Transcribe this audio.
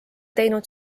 teinud